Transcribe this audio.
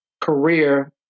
career